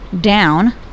Down